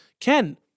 Ken